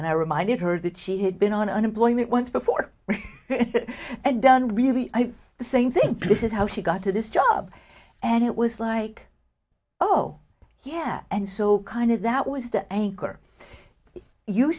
and i reminded her that she had been on unemployment once before and done really the same thing this is how she got to this job and it was like oh yeah and so kind of that was the anchor you